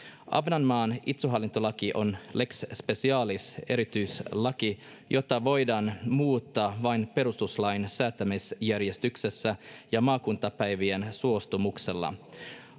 ahvenanmaan itsehallintolaki on lex specialis erityislaki jota voidaan muuttaa vain perustuslain säätämisjärjestyksessä ja maakuntapäivien suostumuksella